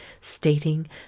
stating